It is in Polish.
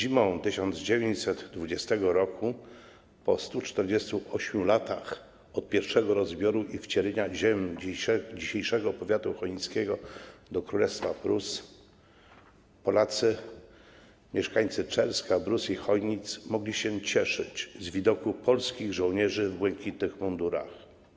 Zimą 1920 r. po 148 latach od I rozbioru i wcielenia ziem dzisiejszego powiatu chojnickiego do Królestwa Prus Polacy, mieszkańcy Czerska, Brus i Chojnic mogli się cieszyć z widoku polskich żołnierzy w błękitnych mundurach.